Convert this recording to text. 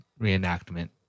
reenactment